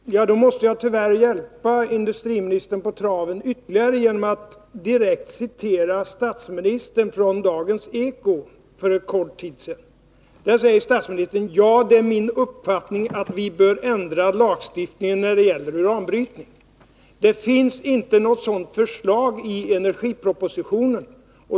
Herr talman! Då måste jag tyvärr ytterligare hjälpa industriministern på traven genom att direkt citera statsministerns uttalande i Dagens eko för en kort tid sedan, då statsministern sade: ”Ja, det är min uppfattning att vi bör ändra lagstiftningen när det gäller uranbrytning.” Det finns inte något sådant förslag i energipropositionen.